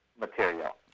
material